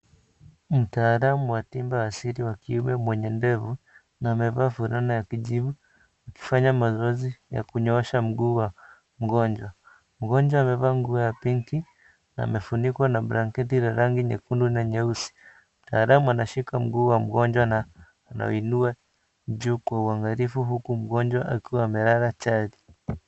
Mtaalamu wa tiba asili wa kiume mwenye ndevu na amevaa fulana ya kijivu akifanya mazoezi ya kunyoosha mguu wa mgonjwa . Mgonjwa amevaa nguo ya pinki na amefunikwa na blanketi la rangi nyekundu na nyeusi . Mtaalamu anashika mguu wa mgonjwa na anauinua juu kwa uangalifu huku mgonjwa akiwa amelala chali.